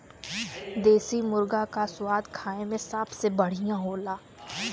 देसी मुरगा क स्वाद खाए में सबसे बढ़िया होला